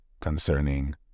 concerning